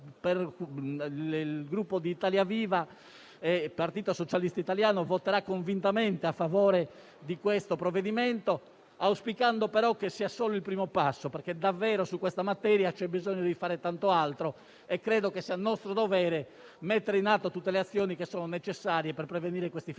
il Gruppo Italia Viva-Partito Socialista Italiano voterà convintamente a favore di questo provvedimento, auspicando però che sia solo il primo passo, perché davvero su questa materia c'è bisogno di fare tanto altro e credo che sia nostro dovere mettere in atto tutte le azioni necessarie per prevenire questi fenomeni